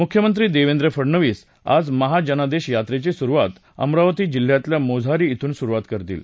मुख्यमंत्री देवेंद्र फडनवीस आज महजनादेश यात्रेची सुरुवात अमरावती जिल्ह्यातल्या मोजहरी ब्रिन सुरुवात करतील